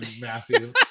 Matthew